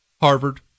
Harvard